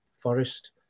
Forest